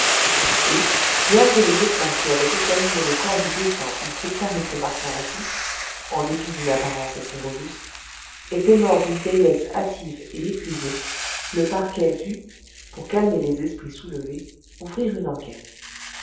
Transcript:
et bien que les médecins qui avaient examiné le corps du défunt eussent déclaré que martin latouche en dépit d'une apparence assez robuste était mort d'une vieillesse hâtive et épuisée le parquet dut pour calmer les esprits soulevés ouvrir une enquête